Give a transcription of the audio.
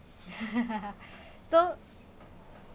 so